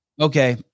Okay